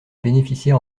bénéficier